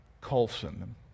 Colson